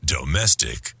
Domestic